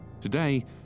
Today